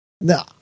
No